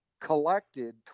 collected